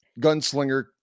gunslinger